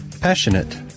Passionate